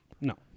No